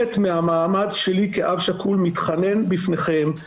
מהמעמד שלי כאב שכול אני מתחנן בפניכם,